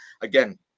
Again